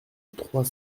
trois